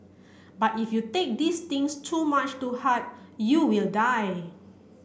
but if you take these things too much to heart you will die